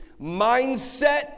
Mindset